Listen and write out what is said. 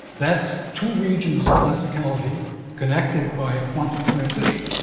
that's two regions of classicality connected by a quantum transition.